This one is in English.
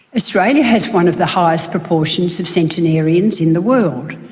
australia has one of the highest proportions of centenarians in the world.